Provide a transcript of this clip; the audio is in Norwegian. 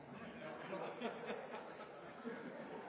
ja,